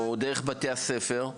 או דרך בתי הספר?